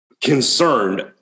concerned